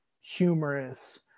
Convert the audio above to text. humorous